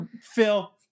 Phil